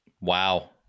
Wow